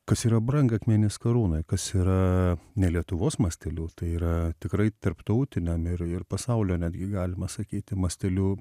kas yra brangakmenis karūnoj kas yra ne lietuvos masteliu tai yra tikrai tarptautiniam ir ir pasaulio netgi galima sakyti masteliu